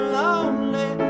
lonely